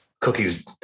Cookies